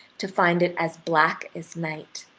to find it as black as night,